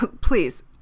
please